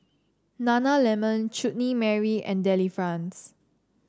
nana lemon Chutney Mary and Delifrance